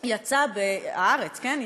"הארץ", כן?